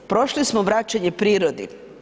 Prošli smo vraćanje prirodi.